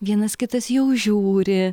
vienas kitas jau žiūri